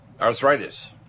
arthritis